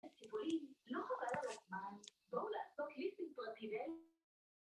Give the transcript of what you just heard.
טיפולים. לא חבל על הזמן? בואו לעשות ליסינג פרטי בין...